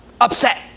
upset